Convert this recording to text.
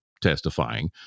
testifying